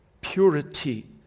purity